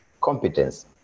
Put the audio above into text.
competence